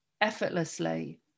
effortlessly